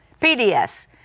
PDS